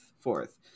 fourth